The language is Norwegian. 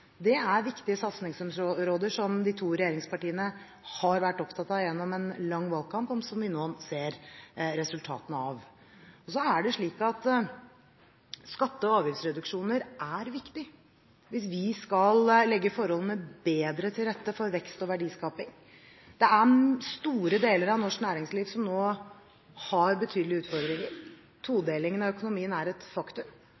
er viktige satsingsområder som de to regjeringspartiene har vært opptatt av gjennom en lang valgkamp, og som vi nå ser resultatene av. Så er det slik at skatte- og avgiftsreduksjoner er viktig hvis vi skal legge forholdene bedre til rette for vekst og verdiskaping. Store deler av norsk næringsliv har nå betydelige utfordringer.